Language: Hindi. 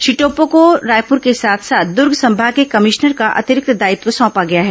श्री टोप्पो को रायपुर के साथ साथ दर्ग संभाग के कमिश्नर का अतिरिक्त दायित्व सौंपा गया है